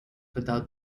without